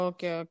Okay